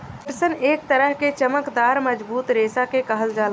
पटसन एक तरह के चमकदार मजबूत रेशा के कहल जाला